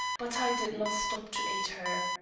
but i did not stop to aid her.